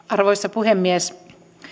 arvoisa puhemies